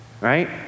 right